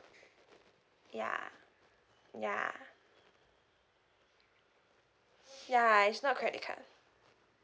ya ya ya it's not credit card